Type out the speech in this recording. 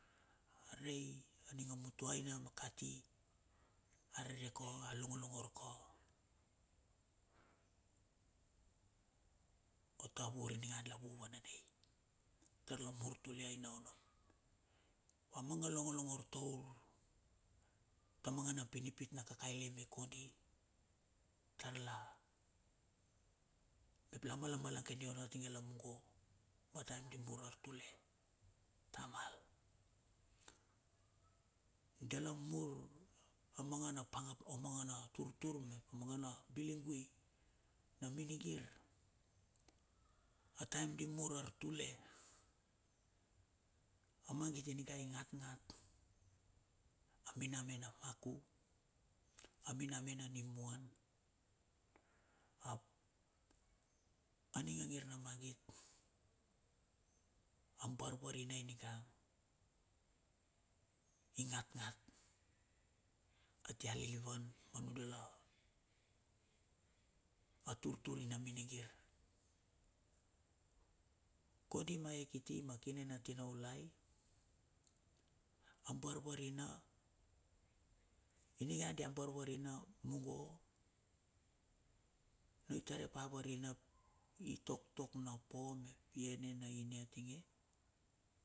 Arei aning a mutuaina ma kati arereko a longo longor rokor. O tavur ininga la vu vane nei tar la mur tule aina onno. A manga longo longor tour ta mangana pinipit na kakailei me kondi. Tar la mep la mala la malagene onno a tinge la mungo ma taem di mur artule tamal. Dala mur na mangana panga, o mangana turtur mep a mangana biling gui na minigir. A taem di mur artule, a mangit inigai ngat ngat. A miname na maku, a miname na nimuan ap. A ning angir na magit abarvarinai nigang, i ngat ngat a tia lilivan ma nudala a turtur i na minigir. Kondi ma e kiti ma kine na tinoulai, a barvarina iniga dia barvarina mungo na i tar repa varina ap i toktok na po. Mep i inen na ine atinge.